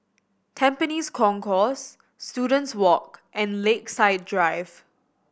Tampines Concourse Students Walk and Lakeside Drive